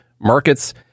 markets